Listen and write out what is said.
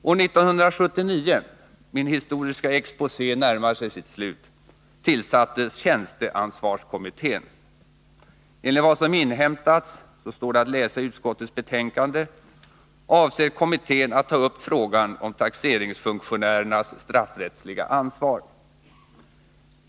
År 1979 — min historiska exposé närmar sig sitt slut — tillsattes tjänsteansvarskommittén. Enligt vad som inhämtats — så står det att läsa i utskottets betänkande — avser kommittén att ta upp frågan om taxeringsfunktionärernas straffrättsliga ansvar.